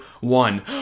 one